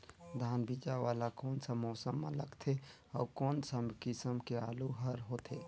धान बीजा वाला कोन सा मौसम म लगथे अउ कोन सा किसम के आलू हर होथे?